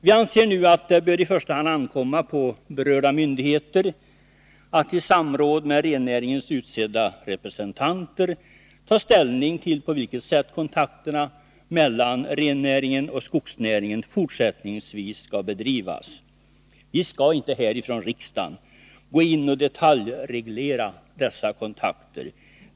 Det bör nu i första hand ankomma på berörda myndigheter att, i samråd med rennäringens utsedda representanter, ta ställning till på vilket sätt kontakterna mellan rennäringen och skogsnäringen fortsättningsvis skall bedrivas. Vi skall inte här från riksdagen gå in och detaljreglera dessa kontakter.